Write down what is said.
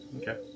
okay